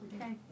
Okay